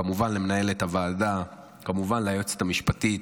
כמובן למנהלת הוועדה, כמובן ליועצת המשפטית,